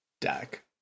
Deck